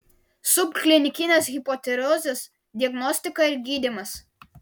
subklinikinės hipotirozės diagnostika ir gydymas